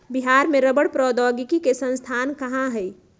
बिहार में रबड़ प्रौद्योगिकी के संस्थान कहाँ हई?